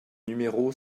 numéro